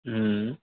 ہوں